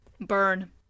Burn